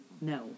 no